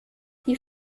die